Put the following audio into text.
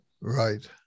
Right